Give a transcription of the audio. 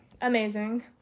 amazing